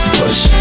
push